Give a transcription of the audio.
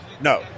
No